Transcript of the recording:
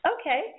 Okay